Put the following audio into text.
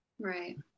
Right